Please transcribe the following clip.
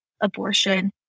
abortion